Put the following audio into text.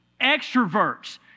Extroverts